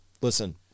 Listen